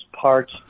parts